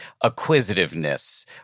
acquisitiveness